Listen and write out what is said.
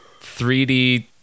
3D